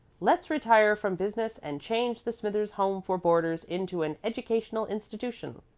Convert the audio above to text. let's retire from business, and change the smithers home for boarders into an educational institution.